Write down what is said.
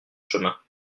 chemins